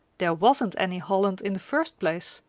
there wasn't any holland in the first place,